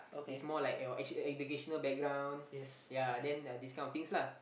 it's more like your educational educational background ya uh then this kind of things lah